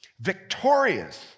victorious